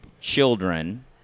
children